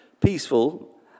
peaceful